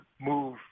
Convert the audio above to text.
move